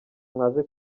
mwaje